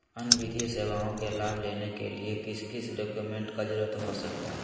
अन्य वित्तीय सेवाओं के लाभ लेने के लिए किस किस डॉक्यूमेंट का जरूरत हो सकता है?